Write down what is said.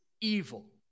evil